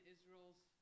Israel's